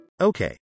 Okay